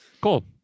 cool